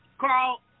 Carl